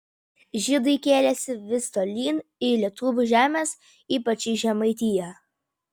žydai kėlėsi vis tolyn į lietuvių žemes ypač į žemaitiją